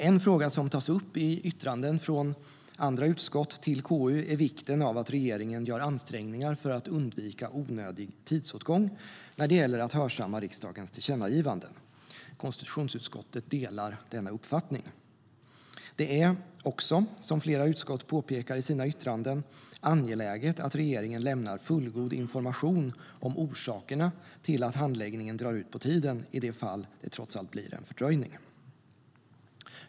En fråga som tas upp i yttranden från andra utskott till KU är vikten av att regeringen gör ansträngningar för att undvika onödig tidsåtgång när det gäller att hörsamma riksdagens tillkännagivanden. Konstitutionsutskottet delar denna uppfattning. Det är också, som flera utskott påpekar i sina yttranden, angeläget att regeringen lämnar fullgod information om orsakerna till att handläggningen drar ut på tiden i de fall det trots allt blir en fördröjning.